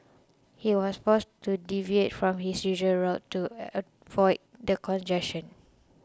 he was forced to deviate from his usual route to avoid the congestion